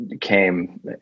came